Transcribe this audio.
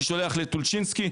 אני שולח לטולצ'ינסקי,